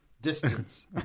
distance